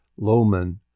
Lohman